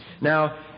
Now